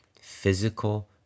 physical